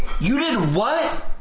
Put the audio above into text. you did what?